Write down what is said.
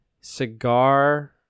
Cigar